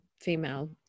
female